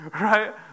Right